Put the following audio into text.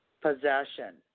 Possession